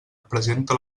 presenta